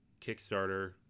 Kickstarter